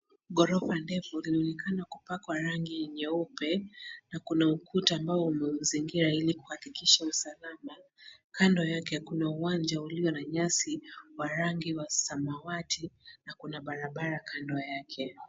Ghorofu ndefu linaonekana kupakwa rangi nyeupe na kuna ukuta ambao umeizingira ili kuhakikisha usalama. Kando yake kuna uwanja ulio na nyasi wa rangi wa samawati na kuna barabara kando yake.